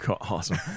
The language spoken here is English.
Awesome